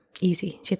Easy